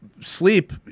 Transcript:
sleep